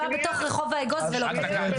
שהוא היה בתוך רחוב האגוז ולא מקבל,